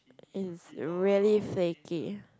is really save it